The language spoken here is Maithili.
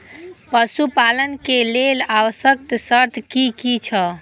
पशु पालन के लेल आवश्यक शर्त की की छै?